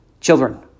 children